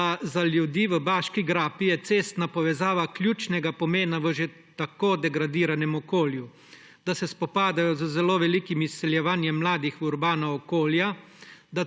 je za ljudi v Baški grapi cestna povezava ključnega pomena v že tako degradiranem okolju, da se spopadajo z zelo velikim izseljevanjem mladih v urbana okolja,